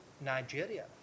Nigeria